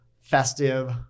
festive